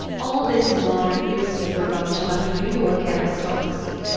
all this modern newspaper rubbish about a new york aristocracy.